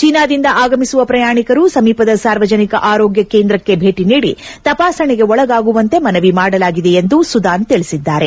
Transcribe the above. ಚೀನಾದಿಂದ ಆಗಮಿಸುವ ಪ್ರಯಾಣಿಕರು ಸಮೀಪದ ಸಾರ್ವಜನಿಕ ಆರೋಗ್ಯ ಕೇಂದ್ರಕ್ನೆ ಭೇಟಿ ನೀಡಿ ತಪಾಸಣೆಗೆ ಒಳಗಾಗುವಂತೆ ಮನವಿ ಮಾಡಲಾಗಿದೆ ಎಂದು ಸುದಾನ್ ತಿಳಿಸಿದ್ದಾರೆ